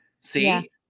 See